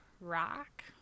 rock